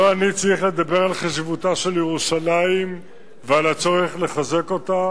לא אני צריך לדבר על חשיבותה של ירושלים ועל הצורך לחזק אותה.